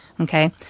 okay